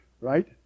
right